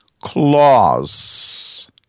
claws